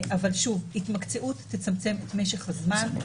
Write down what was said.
אבל, שוב, התמקצעות תצמצם את משך הזמן.